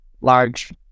large